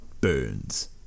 Burns